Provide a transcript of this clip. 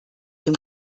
dem